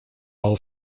all